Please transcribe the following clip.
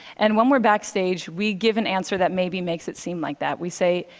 and when we're backstage, we give an answer that maybe makes it seem like that. we say,